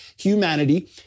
humanity